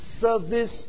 service